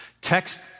Text